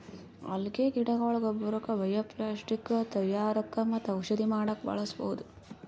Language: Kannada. ಅಲ್ಗೆ ಗಿಡಗೊಳ್ನ ಗೊಬ್ಬರಕ್ಕ್ ಬಯೊಪ್ಲಾಸ್ಟಿಕ್ ತಯಾರಕ್ಕ್ ಮತ್ತ್ ಔಷಧಿ ಮಾಡಕ್ಕ್ ಬಳಸ್ಬಹುದ್